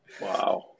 Wow